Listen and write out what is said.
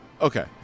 okay